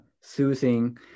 soothing